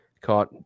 caught